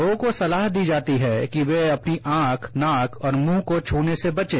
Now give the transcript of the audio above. लोगों को सलाह दी जाती है कि वे अपनी आंख नाक और मुंह को छूने से बचें